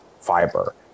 fiber